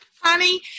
honey